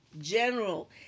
general